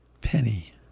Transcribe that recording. penny